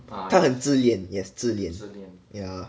他很自恋 yes 自恋 yeah